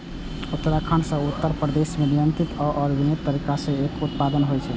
उत्तराखंड आ उत्तर प्रदेश मे नियंत्रित आ विनियमित तरीका सं एकर उत्पादन होइ छै